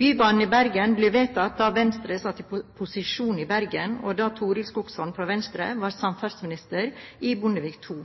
Bybanen i Bergen ble vedtatt da Venstre satt i posisjon i Bergen, og da Torild Skogsholm fra Venstre var samferdselsminister i Bondevik II.